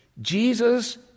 Jesus